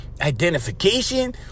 Identification